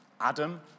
Adam